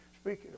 speaking